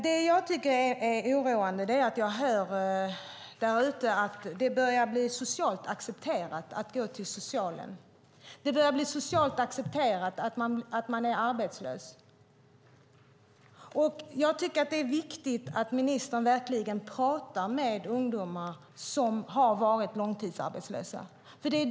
Det som jag tycker är oroande är att jag hör där ute att det börjar bli socialt accepterat att gå till socialen och att det börjar bli socialt accepterat att vara arbetslös. Jag tycker att det är viktigt att ministern verkligen talar med ungdomar som har varit långtidsarbetslösa.